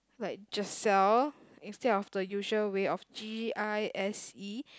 like Giselle instead of the usual way of G I S E